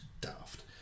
daft